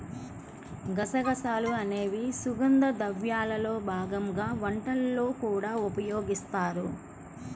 గసగసాలు అనేవి సుగంధ ద్రవ్యాల్లో భాగంగా వంటల్లో కూడా ఉపయోగిస్తారు